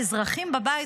האזרחים בבית,